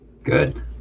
good